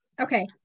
okay